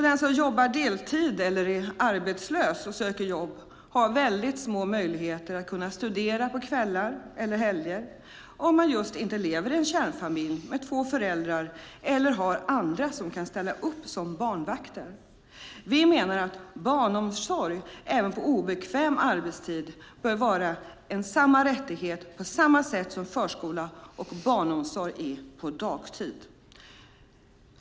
De som jobbar deltid eller är arbetslösa och söker jobb har små möjligheter att studera på kvällar eller helger om de inte lever i en kärnfamilj, med två föräldrar, eller har andra som kan ställa upp som barnvakter. Vi menar att barnomsorg på obekväm arbetstid bör vara en rättighet på samma sätt som förskola och barnomsorg är på dagtid.